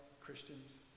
Christians